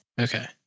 okay